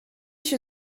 się